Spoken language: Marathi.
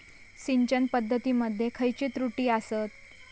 सिंचन पद्धती मध्ये खयचे त्रुटी आसत?